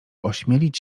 ośmielić